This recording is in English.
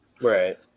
Right